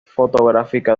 fotográfica